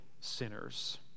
sinners